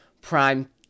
prime